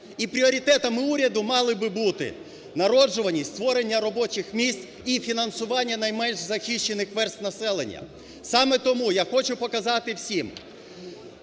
І пріоритетами уряду мали би бути народжуваність, створення робочих місць і фінансування найменш захищених верств населення. Саме тому я хочу показати всім